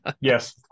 Yes